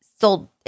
sold